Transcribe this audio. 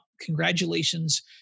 congratulations